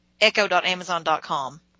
echo.amazon.com